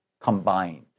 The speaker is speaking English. combined